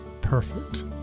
Perfect